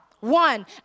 one